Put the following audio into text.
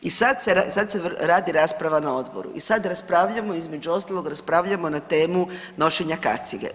I sad se radi raspravi na odboru i sad raspravljamo, između ostalog raspravljamo na temu nošenja kacige.